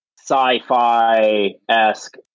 sci-fi-esque